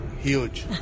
Huge